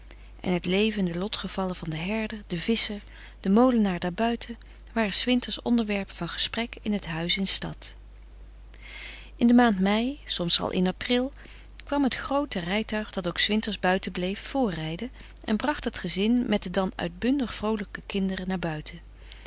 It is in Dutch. en het leven en de lotgevallen van den herder den visscher den molenaar daarbuiten waren s winters onderwerpen van gesprek in het huis in stad in de maand mei soms al in april kwam het groote rijtuig dat ook s winters buiten bleef voorrijden en bracht het gezin met de dan uitbundig vroolijke kinderen naar buiten